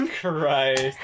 Christ